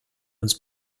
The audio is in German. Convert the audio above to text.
uns